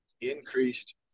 increased